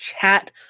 chat